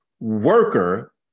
worker